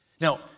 Now